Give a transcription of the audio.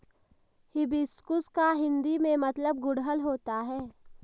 hibiscus का हिंदी में मतलब गुड़हल होता है